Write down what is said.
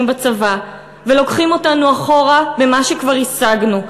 בצבא ולוקחים אותנו אחורה למה שכבר השגנו.